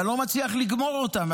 ואני לא מצליח לגמור אותם.